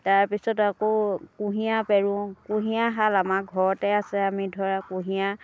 তাৰপিছত আকৌ কুঁহিয়াৰ পেৰোঁ কুঁহিয়াৰ শাল আমাৰ ঘৰতে আছে আমি ধৰা কুঁহিয়াৰ